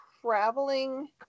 traveling